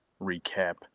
recap